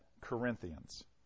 Corinthians